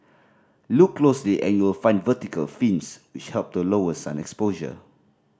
look closely and you'll find vertical fins which help to lower sun exposure